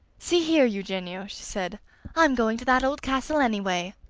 see here, eugenio! she said i'm going to that old castle, anyway.